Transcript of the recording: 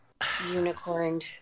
unicorned